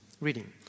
Reading